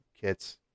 kits